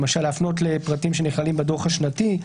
למשל להפנות לפרטים שנכללים בדוח השנתי,